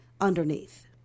underneath